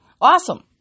awesome